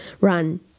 run